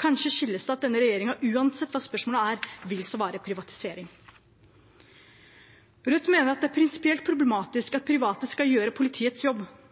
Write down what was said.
Kanskje skyldes det at denne regjeringen uansett hva spørsmålet er, vil svare privatisering. Rødt mener det er prinsipielt problematisk at private skal gjøre politiets jobb.